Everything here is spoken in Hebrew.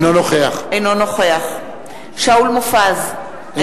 אינו נוכח שאול מופז,